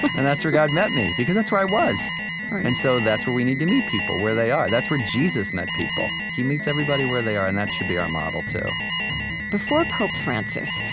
and that's where god met me. because that's where i was right and so that's where we need to meet people where they are. that's where jesus met people. he meets everybody where they are. and that should be our model too before pope francis,